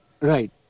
Right